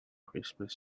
christmas